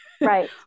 right